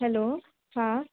hello हा